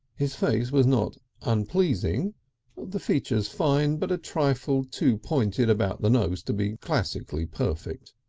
his face was not unpleasing the features fine, but a trifle too pointed about the nose to be classically perfect.